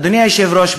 אדוני היושב-ראש,